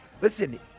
Listen